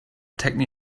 techno